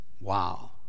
wow